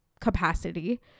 capacity